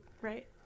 Right